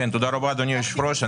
תודה רבה, אדוני היושב-ראש.